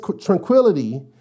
tranquility